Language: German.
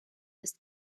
ist